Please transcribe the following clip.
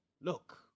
Look